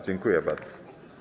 Dziękuję bardzo.